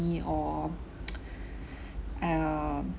or err